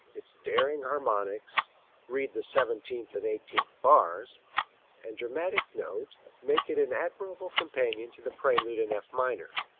its daring harmonics read the seventeenth and eighteenth bars and dramatic note make it an admirable companion to the prelude in f minor.